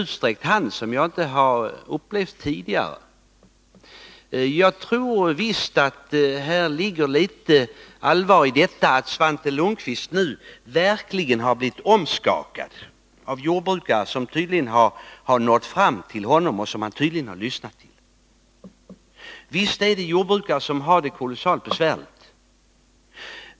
Något sådant har jag inte upplevt tidigare från herr vice ordföran bruksdepartemen Jag tror visst att det ligger allvar i detta att Svante Lundkvist nu verkligen = tets verksamhetsblivit omskakad av jordbrukare, som tydligen har nått fram till honom och område som han uppenbarligen lyssnat till. Visst finns det jordbrukare som har det kolossalt besvärligt.